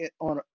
on